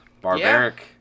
barbaric